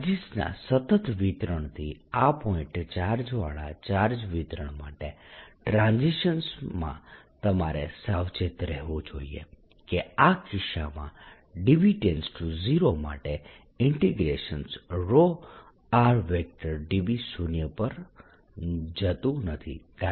ચાર્જીસના સતત વિતરણથી આ પોઇન્ટ ચાર્જવાળા ચાર્જ વિતરણ માટેના ટ્રાન્ઝીશન માં તમારે સાવચેત રહેવું જોઈએ કે આ કિસ્સામાં dV0 માટે rdVશુન્ય પર જતું નથી